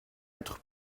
être